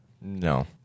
No